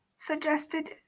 Suggested